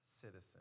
citizen